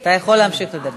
אתה יכול להמשיך לדבר.